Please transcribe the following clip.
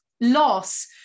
loss